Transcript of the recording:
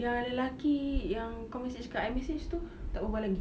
yang lelaki yang kau message kat imessage tu tak berbual lagi